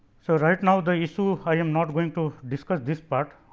so, right now, the issue i am not going to discuss this part